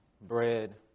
bread